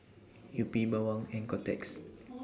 Yupi Bawang and Kotex